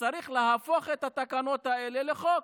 שצריך להפוך את התקנות האלה לחוק,